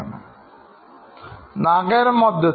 അന്വേഷിക്കാൻ നഗരത്തിൽ